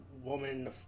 woman